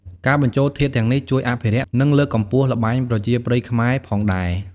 ការបញ្ចូលធាតុទាំងនេះជួយអភិរក្ស និងលើកកម្ពស់ល្បែងប្រជាប្រិយខ្មែរផងដែរ។